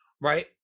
Right